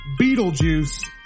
Beetlejuice